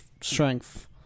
strength